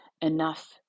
enough